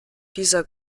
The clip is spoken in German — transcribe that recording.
dieser